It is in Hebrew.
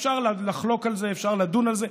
אפשר לחלוק על זה, אפשר לדון על זה.